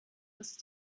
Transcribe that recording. ist